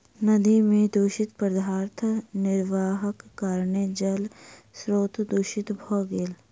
नदी में दूषित पदार्थ निर्वाहक कारणेँ जल स्त्रोत दूषित भ गेल